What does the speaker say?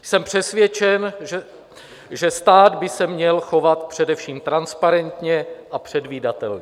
Jsem přesvědčen, že stát by se měl chovat především transparentně a předvídatelně.